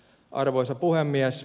arvoisa puhemies